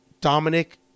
Dominic